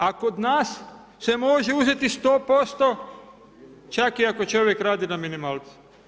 A kod nas se može uzeti 100% čak i ako čovjek radi na minimalcu.